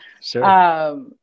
Sure